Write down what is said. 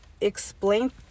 explain